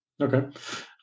Okay